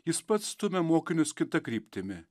jis pats stumia mokinius kita kryptimi